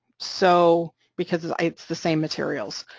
so because it's it's the same materials,